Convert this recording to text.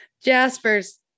Jasper's